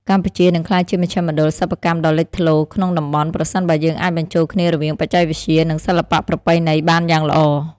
កម្ពុជានឹងក្លាយជាមជ្ឈមណ្ឌលសិប្បកម្មដ៏លេចធ្លោក្នុងតំបន់ ប្រសិនបើយើងអាចបញ្ចូលគ្នារវាងបច្ចេកវិទ្យា និងសិល្បៈប្រពៃណីបានយ៉ាងល្អ។